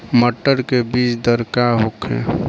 मटर के बीज दर का होखे?